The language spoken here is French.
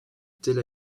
tel